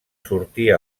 sortir